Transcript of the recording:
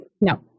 No